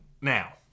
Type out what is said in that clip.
now